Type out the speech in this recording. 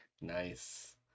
Nice